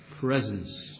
presence